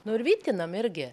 nu ir vytinam irgi